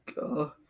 god